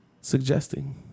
Suggesting